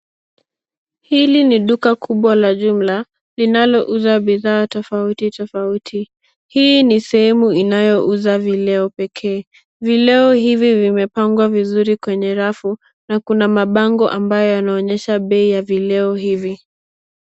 Hili ni duka kubwa la jumla linalouza bidhaa tofauti tofauti, hii ni sehemu inayouza vileo pekee. Vileo hivi vimepangwa vizuri kwenye rafu na kuna mabango ambayo yanaonyesha bei ya vileo hivi.